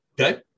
okay